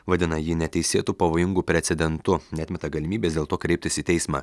vadina jį neteisėtu pavojingu precedentu neatmeta galimybės dėl to kreiptis į teismą